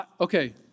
Okay